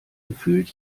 gefühlt